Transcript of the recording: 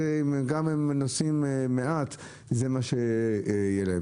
גם אם נשים מעט זה מה שיהיה להם,